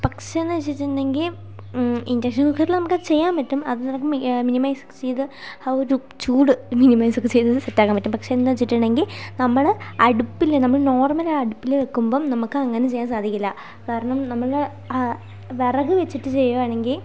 പക്ഷെയെന്നു വച്ചിട്ടുണ്ടെങ്കിൽ ഇന്റക്ഷൻ കുക്കറിൽ നമുക്ക് അതു ചെയ്യാൻ പറ്റും അത് മിനിമൈസ് ചെയ്ത് ആ ഒരു ചൂട് മിനിമൈസ് ഒക്കെ ചെയ്ത് സെറ്റ് ആക്കാൻ പറ്റും പക്ഷെ എന്താണെന്നു വച്ചിട്ടുണ്ടെങ്കിൽ നമ്മൾ അടുപ്പിൽ നമ്മൾ നോർമൽ അടുപ്പിൽ വയ്ക്കുമ്പം നമ്മൾക്ക് അങ്ങനെ ചെയ്യാൻ സാധിക്കില്ല കാരണം നമ്മുടെ ആ വിറക് വച്ചിട്ട് ചെയ്യുകയാണെങ്കിൽ